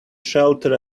shelter